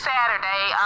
Saturday